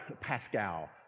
Pascal